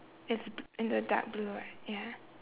it's b~ in a dark blue right ya